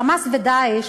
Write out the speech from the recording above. "חמאס" ו"דאעש",